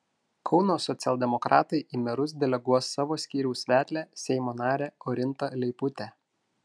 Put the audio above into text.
kauno socialdemokratai į merus deleguos savo skyriaus vedlę seimo narę orintą leiputę